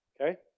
Okay